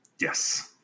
Yes